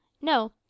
no